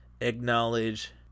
acknowledge